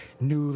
new